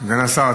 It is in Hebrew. סגן השר,